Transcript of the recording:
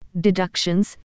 deductions